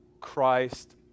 Christ